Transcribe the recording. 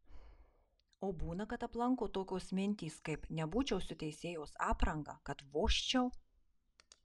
o būna kad aplanko tokios mintys kaip nebūčiau su teisėjos apranga kad vožčiau